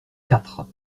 quatre